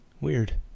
Weird